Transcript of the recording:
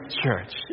church